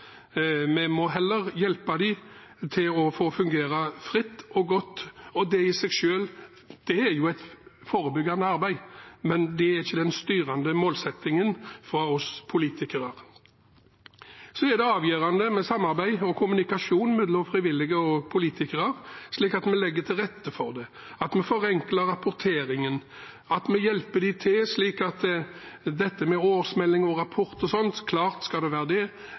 Vi må heller hjelpe dem til å få fungere fritt og godt, og det i seg selv er jo et forebyggende arbeid, men det er ikke den styrende målsettingen fra oss politikere. Så er det avgjørende med samarbeid og kommunikasjon mellom frivillige og politikere, slik at vi legger til rette for det, at vi forenkler rapporteringen – at vi hjelper til slik at årsmeldinger og rapporter osv., som klart skal være der, forenkles. Vi må aktivt finne forenklingstiltak og